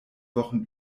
wochen